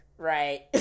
right